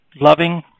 loving